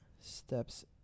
steps